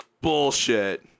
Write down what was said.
bullshit